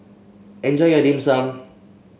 enjoy your Dim Sum